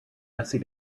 jessie